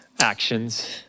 actions